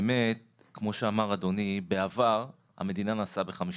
כמו שאמר אדוני, בעבר המדינה נשאה ב-50%,